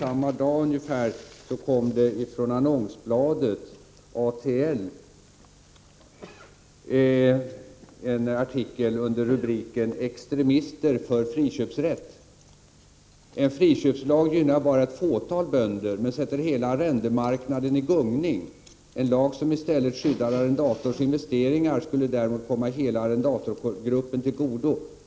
Samma dag fanns det i annonsbladet ATL en artikel under rubriken Extremister för friköpsrätt. Där heter det: ”En friköpslag gynnar bara ett fåtal bönder men sätter hela arrendemarknaden i gungning. En lag som i stället skyddar arrendatorns investeringar skulle däremot komma hela arrendatorgruppen till godo.